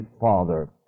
Father